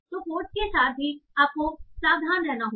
तो कोट्स के साथ भी आपको सावधान रहना चाहिए